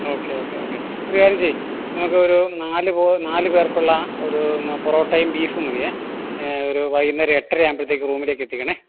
okay okay okay ഒരു കാര്യം ചെയ്യ് നമുക്കൊരു നാല് പൊ നാല് പേർക്കുള്ള ഒരു പൊറോട്ടയും ബീഫും മതിയേ വൈകുന്നേരം ഒരു എട്ടര ആകുമ്പോഴത്തേക്കും റൂമിലേക്ക് എത്തിക്കണേ